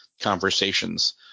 conversations